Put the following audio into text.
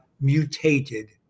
mutated